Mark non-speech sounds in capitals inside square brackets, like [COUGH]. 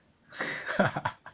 [LAUGHS]